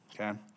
okay